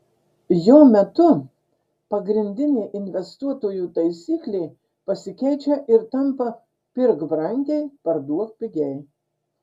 jo metu pagrindinė investuotojų taisyklė pasikeičia ir tampa pirk brangiai parduok pigiai